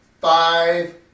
five